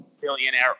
billionaire